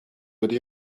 wedi